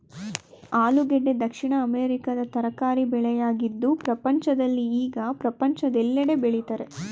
ಆಲೂಗೆಡ್ಡೆ ದಕ್ಷಿಣ ಅಮೆರಿಕದ ತರಕಾರಿ ಬೆಳೆಯಾಗಿದ್ದು ಪ್ರಪಂಚದಲ್ಲಿ ಈಗ ಪ್ರಪಂಚದೆಲ್ಲೆಡೆ ಬೆಳಿತರೆ